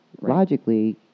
logically